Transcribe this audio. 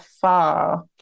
far